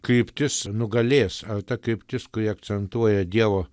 kryptis nugalės ar ta kryptis kuri akcentuoja dievo